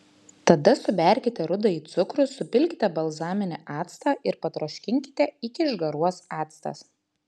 tada suberkite rudąjį cukrų supilkite balzaminį actą ir patroškinkite iki išgaruos actas